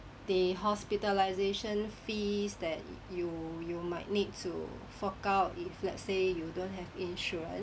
the hospitalisation fees that you you might need to fork out if let's say you don't have insurance